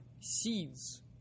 seeds